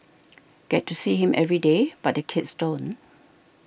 get to see him every day but the kids don't